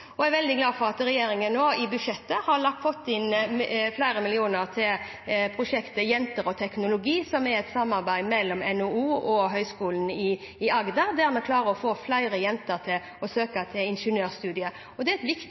at regjeringen i budsjettet har fått inn flere millioner kroner til prosjektet Jenter og teknologi, som er et samarbeid mellom NHO og Universitetet i Agder, der vi klarer å få flere jenter til å søke seg til ingeniørstudiet. Det er et viktig